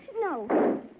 No